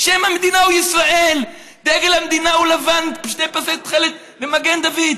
"שם המדינה הוא 'ישראל'"; דגל המדינה הוא לבן עם שני פסי תכלת ומגן דוד,